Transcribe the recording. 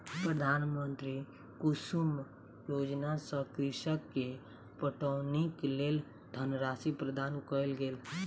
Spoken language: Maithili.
प्रधानमंत्री कुसुम योजना सॅ कृषक के पटौनीक लेल धनराशि प्रदान कयल गेल